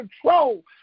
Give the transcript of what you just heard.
control